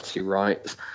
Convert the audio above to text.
rights